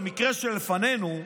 במקרה שלפנינו,